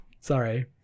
Sorry